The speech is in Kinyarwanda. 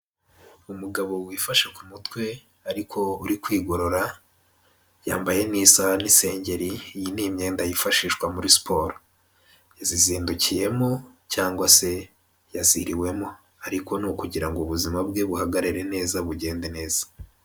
Umugabo wifashe ku mutwe ariko uri kwigorora yambaye n'isaha n'isengeri, iyi ni imyenda yifashishwa muri siporo yazizindukiyemo cyangwa se yaziriwemo ariko ni ukugira ngo ubuzima bwe buhagarare neza bugende neza.